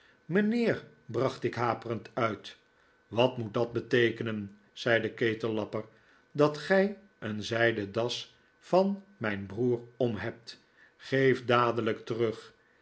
mijnheer bracht ik haperend uit wat moet dat beteekenen zei de ketellapper dat gij een zijden das van mijn broer omhebt geef dadelijk terug